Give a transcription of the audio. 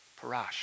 Parash